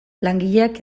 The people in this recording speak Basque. langileak